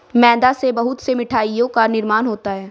मैदा से बहुत से मिठाइयों का निर्माण होता है